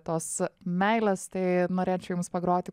tos meilės tai norėčiau jums pagroti